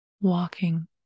walking